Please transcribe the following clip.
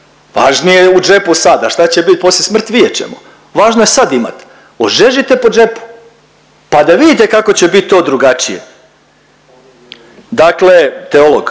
Važnije je u džepu sad, a šta će biti poslije smrti vidjet ćemo. Važno je sad imati. Ožežite po džepu pa vidite kako će to bit drugačije. Dakle, teolog,